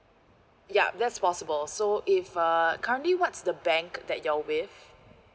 yup that's possible so if uh currently what's the bank that you're with